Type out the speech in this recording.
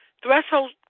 Threshold